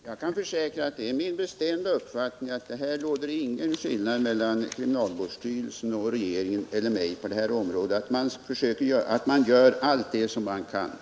Herr talman! Det är min bestämda uppfattning att här inte råder någon skillnad mellan kriminalvårdsstyrelsen och regeringen eller mig — man gör allt vad som kan göras.